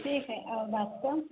ठीक हइ आओर बात सब